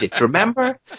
remember